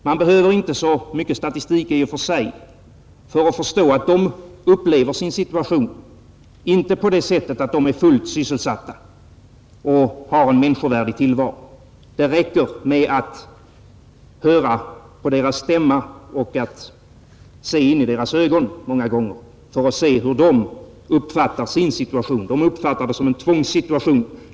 Man behöver inte så mycket statistik i och för sig för att förstå att de inte upplever sin situation på det sättet att de är fullt sysselsatta och har en människovärdig tillvaro. Det räcker många gånger att höra på deras stämma och att se in i deras ögon för att fatta att de upplever sin situation som en tvångssituation.